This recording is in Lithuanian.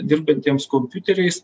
dirbantiems kompiuteriais